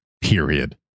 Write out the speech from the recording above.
period